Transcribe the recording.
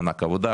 מענק עבודה,